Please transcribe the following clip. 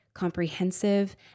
Comprehensive